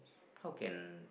how can